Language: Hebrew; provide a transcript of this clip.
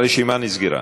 הרשימה נסגרה.